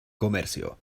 comercio